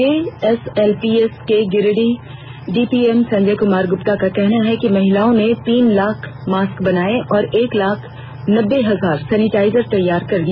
JSLPS के Giridih DPM Sanjay Kumar Gupta का कहना है कि महिलाओं ने तीन लाख मास्क बनाए और एक लाख नब्बे हजार सेनेटाइजर तैयार कर दिया